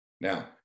Now